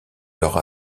leurs